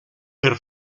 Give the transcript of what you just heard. per